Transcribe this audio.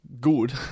good